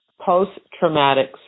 Post-traumatic